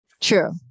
True